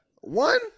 One